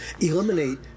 eliminate